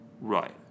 right